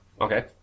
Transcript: Okay